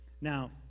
now